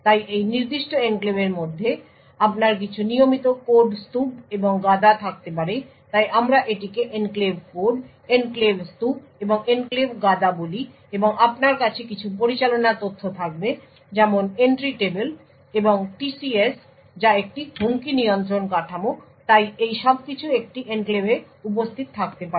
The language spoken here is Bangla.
তাই এই নির্দিষ্ট এনক্লেভের মধ্যে আপনার কিছু নিয়মিত কোড স্তুপ এবং গাদা থাকতে পারে তাই আমরা এটিকে এনক্লেভ কোড এনক্লেভ স্তুপ এবং এনক্লেভ গাদা বলি এবং আপনার কাছে কিছু পরিচালনা তথ্য থাকবে যেমন এন্ট্রি টেবিল এবং TCS যা একটি হুমকি নিয়ন্ত্রণ কাঠামো তাই এই সবকিছু একটি এনক্লেভে উপস্থিত থাকতে পারে